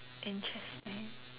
interesting